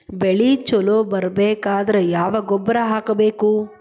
ಬೆಳಿ ಛಲೋ ಬರಬೇಕಾದರ ಯಾವ ಗೊಬ್ಬರ ಹಾಕಬೇಕು?